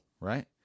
right